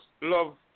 love